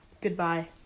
Goodbye